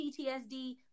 ptsd